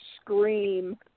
scream